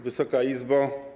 Wysoka Izbo!